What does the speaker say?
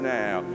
now